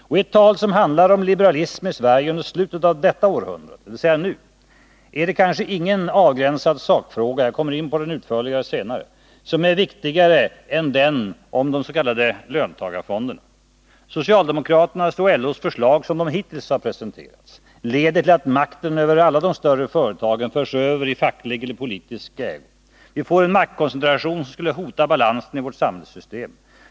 Och i ett tal som handlar om liberalism i Sverige under slutet av detta århundrade, dvs. nu, är det kanske inte någon avgränsad sakfråga — jag kommer in på den utförligare senare — som är viktigare än den om de s.k. löntagarfonderna. Socialdemokraternas och LO:s förslag, som de hittills har presenterats, leder till att makten över alla de större företagen förs över i facklig eller politisk ägo. Vi får en maktkoncentration som skulle hota balansen i vårt samhällssystem.